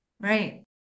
Right